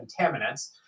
contaminants